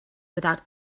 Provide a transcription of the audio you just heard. without